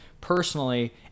Personally